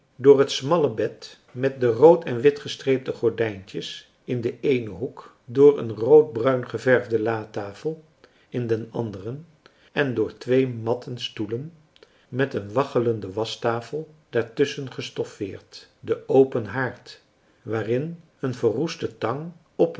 door het smalle bed met de rood en wit gestreepte gordijntjes in den eenen hoek door een roodbruin geverfde latafel in den anderen en door twee matten stoelen met een waggelende waschtafel daar tusschen gestoffeerd de open haard waarin een verroeste tang